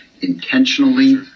intentionally